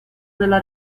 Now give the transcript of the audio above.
della